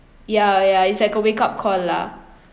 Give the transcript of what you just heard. ya ya it's like a wake up call lah